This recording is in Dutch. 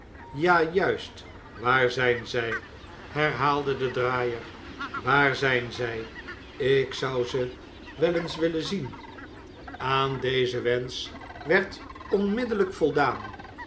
ja juist waar zijn zij herhaalde de draaier waar zijn zij ik zou ze wel eens willen zien aan dezen wensch werd onmiddellijk voldaan